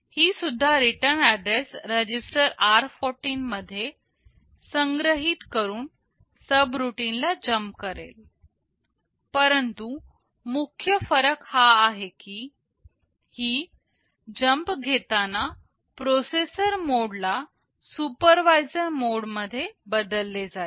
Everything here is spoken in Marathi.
ही सुद्धा रिटर्न ऍड्रेस रजिस्टर r14 मध्ये संग्रहित करून सबरूटीन ला जम्प करेल परंतु मुख्य फरक हा आहे की ही जम्प घेताना प्रोसेसर मोड ला सुपरवायझर मोड मध्ये बदलले जाईल